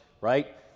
right